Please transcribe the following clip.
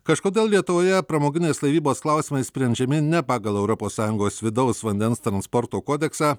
kažkodėl lietuvoje pramoginės laivybos klausimai sprendžiami ne pagal europos sąjungos vidaus vandens transporto kodeksą